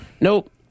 Nope